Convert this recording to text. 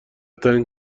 ترین